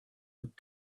looked